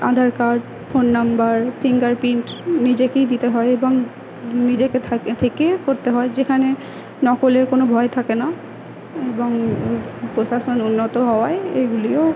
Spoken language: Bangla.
আধার card phone number fingerprint নিজেকেই দিতে হয় এবং নিজেকে থেকে করতে হয় যেখানে নকলের কোনো ভয় থাকে না এবং প্রশাসন উন্নত হওয়ায় এগুলিও